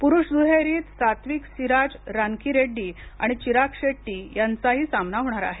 पुरुष दुहेरीत सात्विक सिराज रानकीरेड्डी आणि चिराग शेट्टी यांचाही सामना होणार आहे